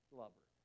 lover